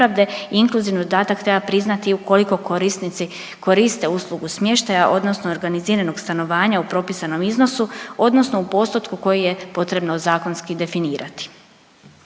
inkluzivni dodatak treba priznati ukoliko korisnici koriste uslugu smještaja odnosno organiziranog stanovanja u propisanom iznosu odnosno u postotku koji je potrebno zakonski definirati.